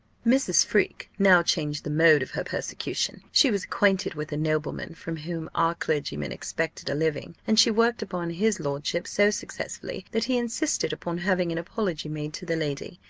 mrs. freke now changed the mode of her persecution she was acquainted with a nobleman from whom our clergyman expected a living, and she worked upon his lordship so successfully, that he insisted upon having an apology made to the lady.